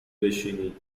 بشینی